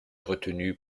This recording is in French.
retenues